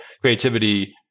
creativity